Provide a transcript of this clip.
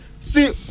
see